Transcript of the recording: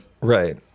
right